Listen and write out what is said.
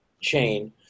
chain